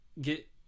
get